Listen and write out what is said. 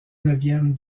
neuvième